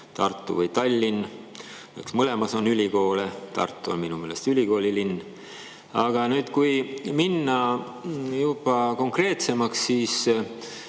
Tartu või Tallinn? Eks mõlemas on ülikoole, aga Tartu on minu meelest ülikoolilinn. Nüüd, kui minna konkreetsemaks, siis